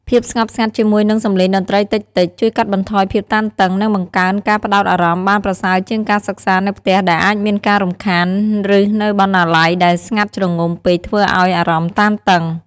ភាពស្ងប់ស្ងាត់ជាមួយនឹងសំឡេងតន្ត្រីតិចៗ ជួយកាត់បន្ថយភាពតានតឹង និងបង្កើនការផ្ដោតអារម្មណ៍បានប្រសើរជាងការសិក្សានៅផ្ទះដែលអាចមានការរំខាន ឬនៅបណ្ណាល័យដែលស្ងាត់ជ្រងំពេកធ្វើឱ្យអារម្មណ៍តានតឹង។